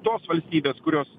tos valstybės kurios